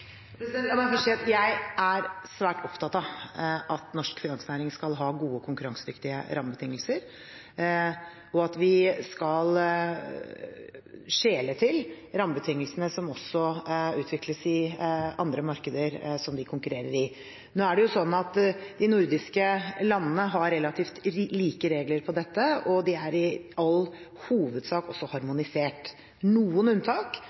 si at jeg er svært opptatt av at norsk finansnæring skal ha gode, konkurransedyktige rammebetingelser, og at vi skal skjele til rammebetingelsene som også utvikles i andre markeder som de konkurrerer i. Nå er det jo sånn at de nordiske landene har relativt like regler for dette, og de er i all hovedsak også harmonisert. Det er noen unntak,